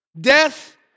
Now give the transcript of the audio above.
Death